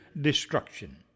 destruction